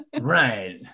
Right